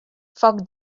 foc